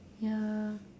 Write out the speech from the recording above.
ya